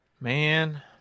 Man